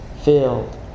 filled